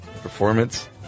performance